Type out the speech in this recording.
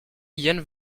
yann